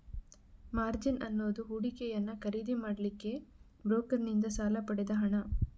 margin ಅನ್ನುದು ಹೂಡಿಕೆಯನ್ನ ಖರೀದಿ ಮಾಡ್ಲಿಕ್ಕೆ ಬ್ರೋಕರನ್ನಿಂದ ಸಾಲ ಪಡೆದ ಹಣ